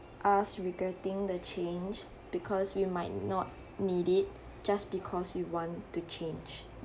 us regretting the change because we might not need it just because we want to change